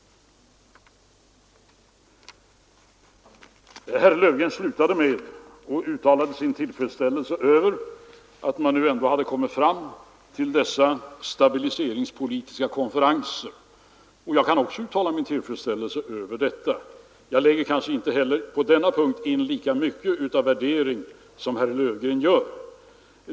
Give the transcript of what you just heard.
Herr Löfgren uttalade avslutningsvis sin tillfredsställelse över att man nu har kommit fram till att hålla stabiliseringspolitiska konferenser. Också jag kan uttala min tillfredsställelse över detta. Jag lägger kanske inte på denna punkt in lika mycket av värdering som herr Löfgren gör.